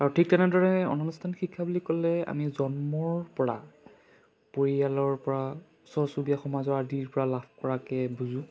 আৰু ঠিক তেনেদৰে অনানুষ্ঠান শিক্ষা বুলি ক'লে আমি জন্মৰ পৰা পৰিয়ালৰ পৰা ওচৰ চুবিৰীয়া সমাজৰ আদিৰ পৰা লাভ কৰাকে বুজোঁ